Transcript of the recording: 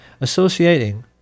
associating